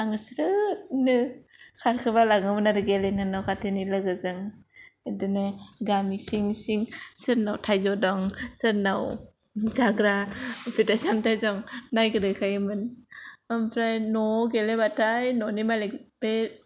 आङो स्रोदनो खारखोमालाङोमोन आरो गेलेनो न' खाथिनि लोगोजों बिब्दिनो गामि सिं सिं सोरनाव थायजौ दं सोरनाव जाग्रा फिथाय सामथाय दं नागिरहैखायोमोन आमफ्राय न'आव गेलेबाथाय न'नि मालिग बे